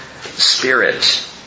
spirit